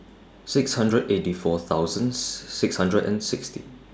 six hundred eighty four thousands six hundred and sixty